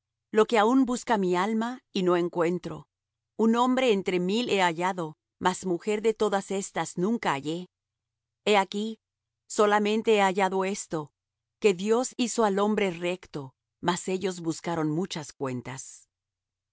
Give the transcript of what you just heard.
lo que aun busca mi alma y no encuentro un hombre entre mil he hallado mas mujer de todas éstas nunca hallé he aquí solamente he hallado esto que dios hizo al hombre recto mas ellos buscaron muchas cuentas